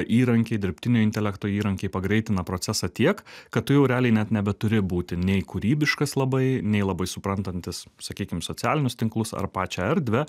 įrankiai dirbtinio intelekto įrankiai pagreitina procesą tiek kad tu jau realiai net nebeturi būti nei kūrybiškas labai nei labai suprantantis sakykim socialinius tinklus ar pačią erdvę